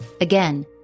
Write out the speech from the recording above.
Again